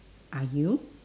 are you